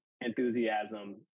enthusiasm